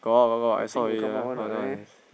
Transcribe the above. the thing will come out one what eh